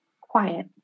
quiet